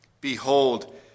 Behold